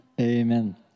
Amen